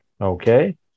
okay